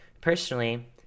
Personally